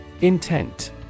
Intent